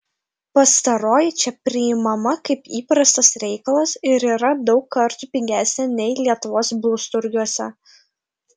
pastaroji čia priimama kaip įprastas reikalas ir yra daug kartų pigesnė nei lietuvos blusturgiuose